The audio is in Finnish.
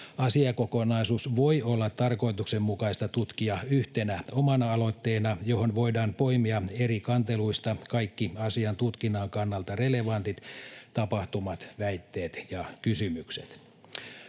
asiakokonaisuus voi olla tarkoituksenmukaista tutkia yhtenä omana aloitteenaan, johon voidaan poimia eri kanteluista kaikki asian tutkinnan kannalta relevantit tapahtumat, väitteet ja kysymykset.